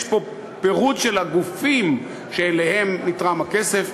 יש פה פירוט של הגופים שלהם נתרם הכסף.